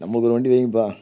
நம்பளுக்கு ஒரு வண்டி வைங்கப்பா